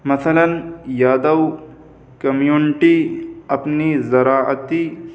مثلاً یادو کمیونٹی اپنی ذراعتی